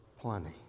Plenty